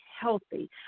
healthy